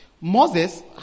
Moses